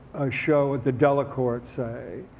a show at the delacorte, say.